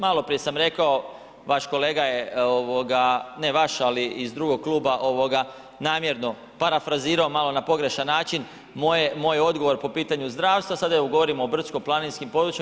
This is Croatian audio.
Malo prije sam rekao, vaš kolega je, ne vaš ali iz drugog kluba namjerno parafrazirao malo na pogrešan način, moj odgovor po pitanju zdravstva, sada evo govorimo o brdsko-planinskim područjima.